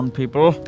people